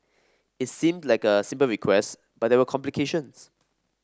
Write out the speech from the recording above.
it seemed like a simple request but there were complications